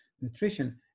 nutrition